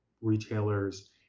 retailers